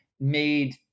made